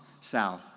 south